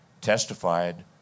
testified